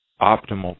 optimal